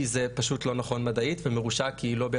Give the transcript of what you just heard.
כי זה פשוט לא נכון מדעית וזה מרושע כי לובי